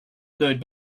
third